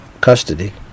custody